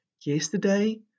yesterday